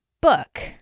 book